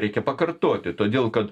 reikia pakartoti todėl kad